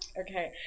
Okay